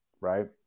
right